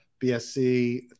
bsc